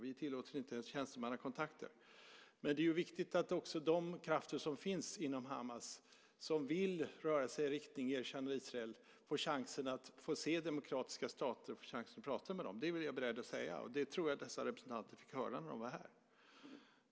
Vi tillåter inte ens tjänstemannakontakter. Men det är ju viktigt att de krafter inom Hamas som vill röra sig i riktning mot ett erkännande av Israel får chans att se demokratiska stater och prata med dem. Det är jag beredd att säga. Det tror jag att representanterna fick höra när de var här.